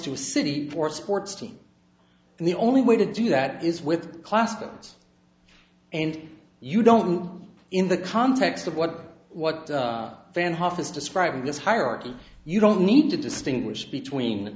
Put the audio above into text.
a city for a sports team and the only way to do that is with class tickets and you don't in the context of what what a fan hof is describing this hierarchy you don't need to distinguish between